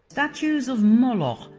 statues of moloch,